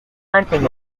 hunting